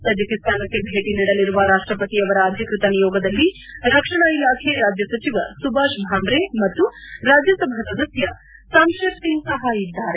ತಜಕಿಸ್ತಾನಕ್ಕೆ ಭೇಟ ನೀಡಲಿರುವ ರಾಷ್ಸಪತಿಯವರ ಅಧಿಕೃತ ನಿಯೋಗದಲ್ಲಿ ರಕ್ಷಣಾ ಇಲಾಖೆ ರಾಜ್ಯ ಸಚಿವ ಸುಭಾಷ್ ಭಾಮ್ರೆ ಮತ್ತು ರಾಜ್ಯ ಸಭಾ ಸದಸ್ಯ ಶಮ್ಷೇರ್ ಸಿಂಗ್ ಸಹ ಇದ್ದಾರೆ